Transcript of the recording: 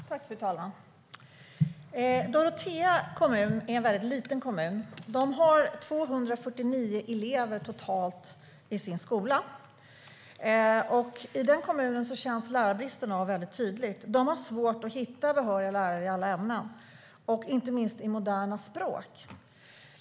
Fru talman! Dorotea kommun är en väldigt liten kommun och har totalt 249 elever i sin skola. I denna kommun känns lärarbristen av mycket tydligt. De har svårt att hitta behöriga lärare i alla ämnen, inte minst moderna språk.